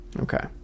Okay